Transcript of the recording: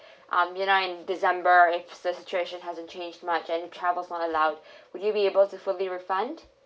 um you know in december if situation hasn't changed much and travels not allowed would you be able to fully refund